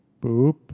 boop